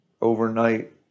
overnight